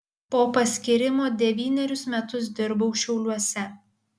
po paskyrimo devynerius metus dirbau šiauliuose